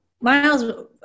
Miles